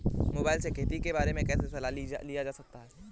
Mobile से खेती के बारे कैसे सलाह लिया जा सकता है?